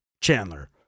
Chandler